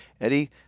Eddie